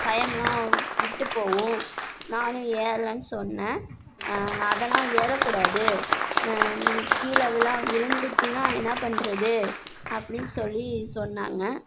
பயம்லாம் விட்டுப்போகும் நானும் ஏர்றனு சொன்னேன் அதெலாம் ஏறக்கூடாது நீ கீழே விழு விழுந்துட்டினா என்னா பண்ணுறது அப்படினு சொல்லி சொன்னாங்க